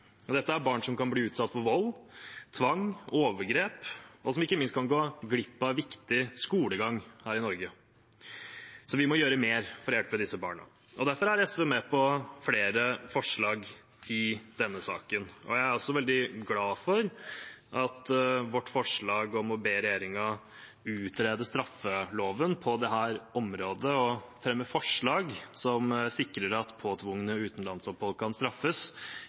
Dette er barn som kan bli utsatt for vold, tvang og overgrep, og som ikke minst kan gå glipp av viktig skolegang her i Norge. Vi må gjøre mer for å hjelpe disse barna. Derfor er SV med på flere forslag i denne saken, og jeg er veldig glad for at vårt forslag om å be regjeringen utrede straffeloven på dette området og fremme forslag som sikrer at påtvungne utenlandsopphold kan straffes,